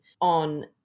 on